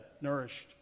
nourished